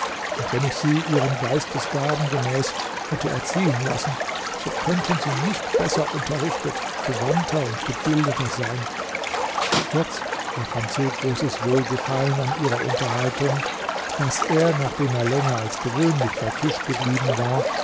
und wenn ich sie ihren geistesgaben gemäß hätte erziehen lassen so könnten sie nicht besser unterrichtet gewandter und gebildeter sein kurz er fand so großes wohlgefallen an ihrer unterhaltung daß er nachdem er länger als gewöhnlich bei tisch geblieben war